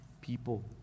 people